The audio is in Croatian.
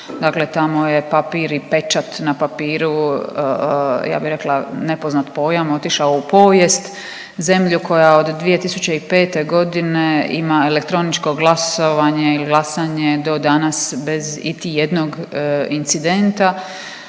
dakle tamo je papir i pečat na papiru ja bi rekla nepoznat pojam, otišao u povijest, zemlju koja od 2005.g. ima elektroničko glasovanje ili glasanje do danas bez iti jednog incidenta.